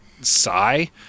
sigh